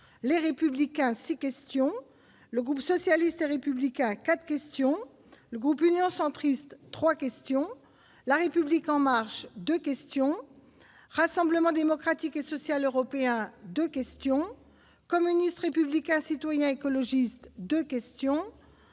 les républicains ces questions, le groupe socialiste républicain 4 questions, le groupe Union centriste 3 questions : la République en marche, 2 questions Rassemblement démocratique et social européen, 2 questions communistes, républicains, citoyens écologistes 2 questions,